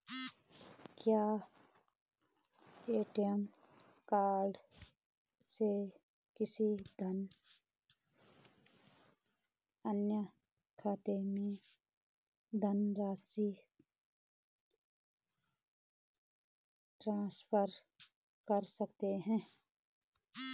क्या ATM card से किसी अन्य खाते में धनराशि ट्रांसफर कर सकता हूँ?